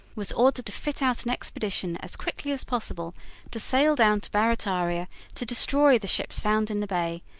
was ordered to fit out an expedition as quickly as possible to sail down to barrataria to destroy the ships found in the bay,